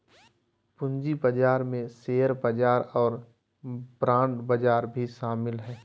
पूँजी बजार में शेयर बजार और बांड बजार भी शामिल हइ